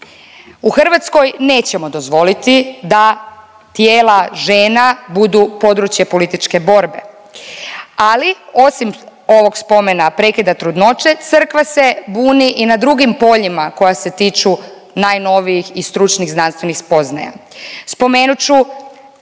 u Hrvatskoj nećemo dozvoliti da tijela žena budu područje političke borbe, ali osim ovog spomena prekida trudnoće, crkva se buni i na drugim poljima koja se tiču najnovijih i stručnih znanstvenih spoznaja.